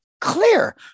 Clear